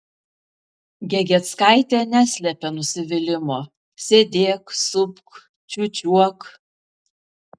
gegieckaitė neslėpė nusivylimo sėdėk supk čiūčiuok